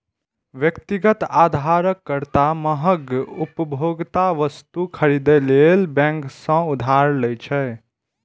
व्यक्तिगत उधारकर्ता महग उपभोक्ता वस्तु खरीदै लेल बैंक सं उधार लै छै